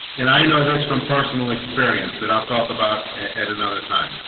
and i know this from personal experience that i'll talk about at another time